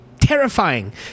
terrifying